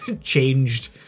changed